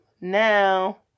now